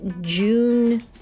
June